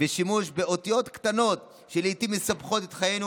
ושימוש באותיות קטנות, שלעיתים מסבכות את חיינו,